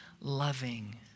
loving